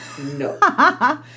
No